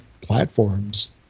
platforms